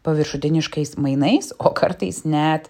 paviršutiniškais mainais o kartais net